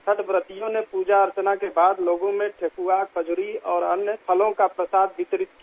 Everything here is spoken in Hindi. छठ व्रतियों ने प्रजा अर्चना कर लोगों के बीच ठेकुआ खजुरी और अन्य फलों का प्रसाद वितरित किया